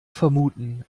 vermuten